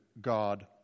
God